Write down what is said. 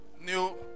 new